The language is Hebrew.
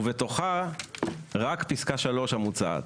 ובתוכה רק פסקה (3) המוצעת.